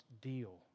deal